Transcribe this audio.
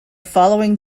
following